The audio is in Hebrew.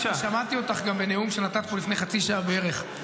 כי גם שמעתי אותך בנאום שנתת פה לפני חצי שעה בערך,